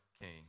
king